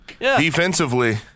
defensively